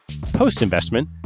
Post-investment